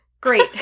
Great